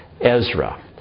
Ezra